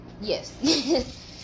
Yes